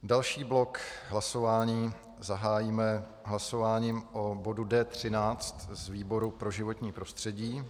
Další blok hlasování zahájíme hlasováním o bodu D13 z výboru pro životní prostředí.